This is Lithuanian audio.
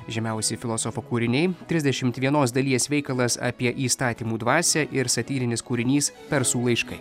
žymiausi filosofo kūriniai trisdešimt vienos dalies veikalas apie įstatymų dvasią ir satyrinis kūrinys persų laiškai